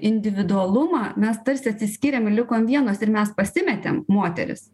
individualumą mes tarsi atsiskyrėm ir likom vienos ir mes pasimetėm moterys